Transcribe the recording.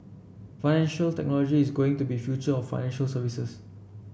financial technology is going to be future of financial services